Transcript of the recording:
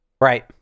right